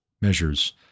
measures